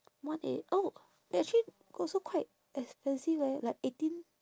one eight oh actually also quite expensive leh like eighteen